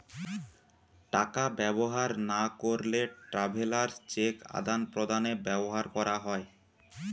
টাকা ব্যবহার না করলে ট্রাভেলার্স চেক আদান প্রদানে ব্যবহার করা হয়